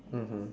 mmhmm